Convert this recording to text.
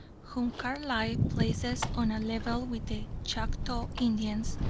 whom carlyle places on a level with the chactaw indians,